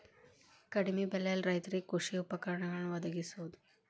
ಕಡಿಮೆ ಬೆಲೆಯಲ್ಲಿ ರೈತರಿಗೆ ಕೃಷಿ ಉಪಕರಣಗಳನ್ನು ವದಗಿಸುವದು